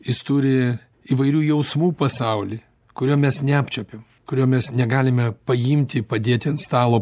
jis turi įvairių jausmų pasaulį kurio mes neapčiuopiam kurio mes negalime paimti padėti ant stalo